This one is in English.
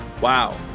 Wow